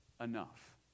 enough